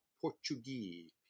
Portuguese